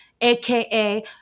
AKA